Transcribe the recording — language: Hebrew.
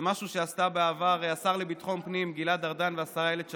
זה משהו שעשו בעבר השר לביטחון פנים גלעד ארדן והשרה אילת שקד,